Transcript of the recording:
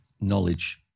knowledge